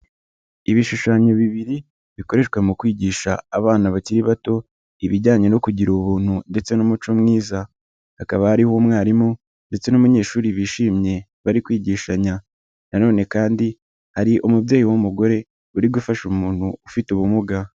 Ibishushanyo bibiri bikoreshwa mu kwigisha abana bakiri bato ibijyanye no kugira ubuntu ndetse n'umuco mwiza, hakaba ari umwamwarimu ndetse n'umunyeshuri bishimye bari kwigishanya, na none kandi hari umubyeyi w'umugore uri gufasha umuntu ufite ubumuga.